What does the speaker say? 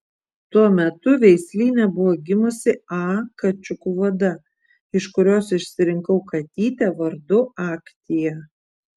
tuo metu veislyne buvo gimusi a kačiukų vada iš kurios išsirinkau katytę vardu aktia